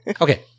Okay